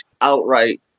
outright